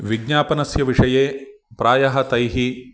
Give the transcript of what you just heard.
विज्ञानपनस्य विषये प्रायः तैः